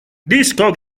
disco